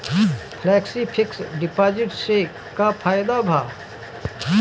Flexi fix deposit से का फायदा भा?